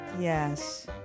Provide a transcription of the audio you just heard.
Yes